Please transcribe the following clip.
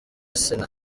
sena